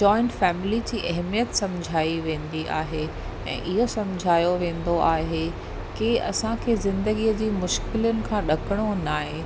joint family जी अहमियतु सम्झाई वेंदी आहे ऐं इओ सम्झायो वेंदो आहे की असांखे ज़िंदगीअ जी मुश्किलनि खां ॾकिणो न आहे